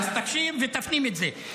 אז תקשיב ותפנים את זה.